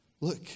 Look